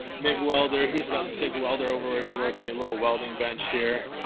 mig welder. he's got a tig welder over where he's working, a little welding bench here.